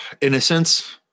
Innocence